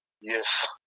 yes